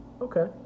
Okay